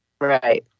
Right